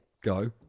Go